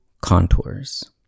contours